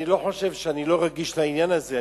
אני לא חושב שאני לא רגיש לעניין הזה,